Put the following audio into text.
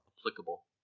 Applicable